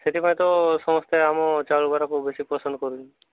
ସେଥିପାଇଁ ତ ସମସ୍ତେ ଆମ ଚାଉଳ ବରାକୁ ବେଶୀ ପସନ୍ଦ କରୁଛନ୍ତି